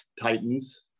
titans